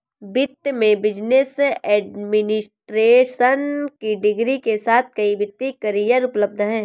वित्त में business administration की डिग्री के साथ कई वित्तीय करियर उपलब्ध हैं